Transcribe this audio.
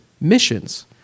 missions